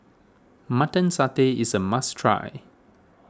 Mutton Satay is a must try